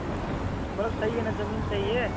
जी जी मतलब सही है ना ज़मीन सही है